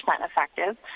effective